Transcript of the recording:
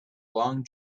long